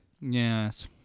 Yes